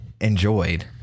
enjoyed